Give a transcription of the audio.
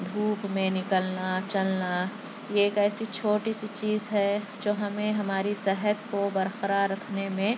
دُھوپ میں نِکلنا چلنا یہ ایک ایسی چھوٹی سی چیز ہے جو ہمیں ہماری صحت کو برقرار رکھنے میں